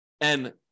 and-